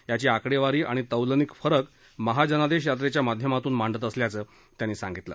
याची आकडेवारी आणि तौलनिक फरक महाजनादेश यात्रेच्या माध्यमातून मांडत असल्याचं त्यांनी सांगितलं